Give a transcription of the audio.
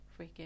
freaking